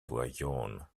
voyions